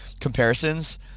comparisons